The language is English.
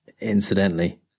incidentally